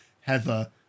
Heather